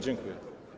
Dziękuję.